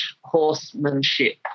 horsemanship